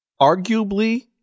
Arguably